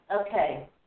Okay